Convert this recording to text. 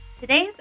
Today's